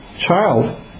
child